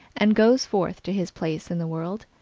and goes forth to his place in the world,